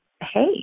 hey